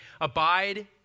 abide